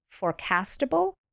forecastable